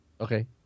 Okay